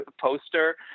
poster